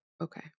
Okay